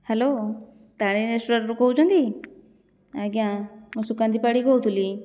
hello Tarini ରେଷ୍ଟୁରାଣ୍ଟରୁ କହୁଛନ୍ତି ଆଜ୍ଞା ମୁଁ ସୁକାନ୍ତି ପାଢ଼ୀ କହୁଥିଲି